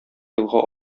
елга